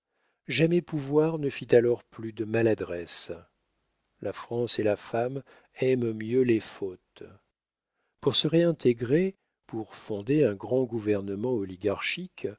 jamais pouvoir ne fit alors plus de maladresses la france et la femme aiment mieux les fautes pour se réintégrer pour fonder un grand gouvernement oligarchique la